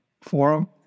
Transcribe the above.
forum